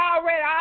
already